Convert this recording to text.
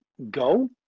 go